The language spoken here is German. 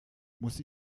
muss